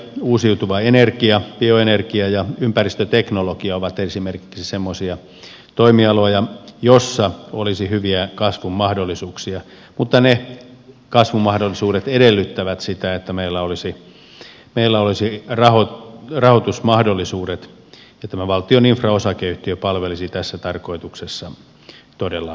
esimerkiksi uusiutuva energia bioenergia ja ympäristöteknologia ovat semmoisia toimialoja joilla olisi hyviä kasvun mahdollisuuksia mutta ne kasvumahdollisuudet edellyttävät sitä että meillä olisi rahoitusmahdollisuudet ja tämä valtion infra osakeyhtiö palvelisi tässä tarkoituksessa todella hyvin